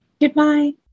Goodbye